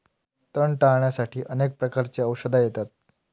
तण टाळ्याण्यासाठी अनेक प्रकारची औषधा येतत